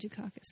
Dukakis